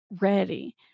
ready